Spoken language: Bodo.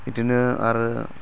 बिदिनो आरो